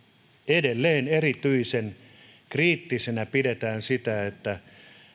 edelleen erityisen kriittisenä pidetään sitä että